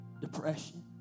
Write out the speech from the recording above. depression